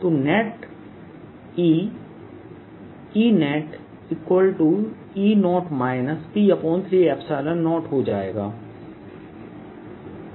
तो net E EetE0 P30 हो जाएगा है